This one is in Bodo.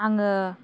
आङो